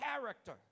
character